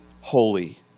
holy